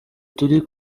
turi